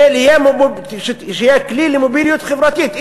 ושיהיה כלי למוביליות חברתית.